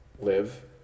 live